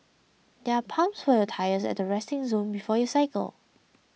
there are pumps for your tyres at resting zone before you cycle